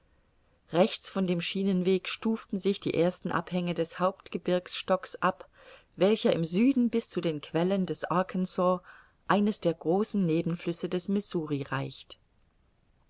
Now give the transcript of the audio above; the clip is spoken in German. rechts von dem schienenweg stuften sich die ersten abhänge des hauptgebirgsstocks ab welcher im süden bis zu den quellen des arkansas eines der großen nebenflüsse des missouri reicht